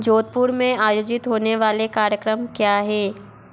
जोधपुर में आयोजित होने वाले कार्यक्रम क्या हैं